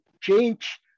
change